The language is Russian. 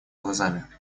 глазами